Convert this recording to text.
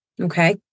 okay